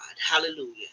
Hallelujah